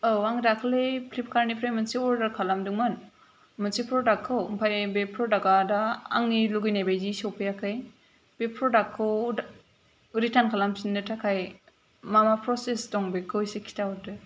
औ आं दाखालै फ्लिपकार्टनिफ्राय मोनसे अर्डार खालामदोंमोन मोनसे प्रदाक्टखौ ओमफ्राय बे प्रदाक्टआ दा आंनि लुबैनाय बायदि सफैयाखै बे प्रदाक्टखौ रिटार्न खालामफिननो थाखाय मा मा प्रसेस दं बेखौ एसे खिथा हरदो